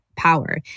power